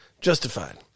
Justified